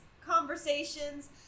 conversations